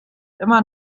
immer